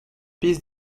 piste